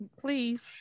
Please